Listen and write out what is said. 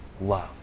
love